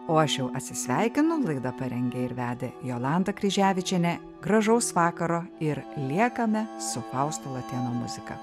o aš jau atsisveikinu laidą parengė ir vedė jolanta kryževičienė gražaus vakaro ir liekame su fausto latėno muzika